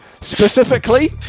Specifically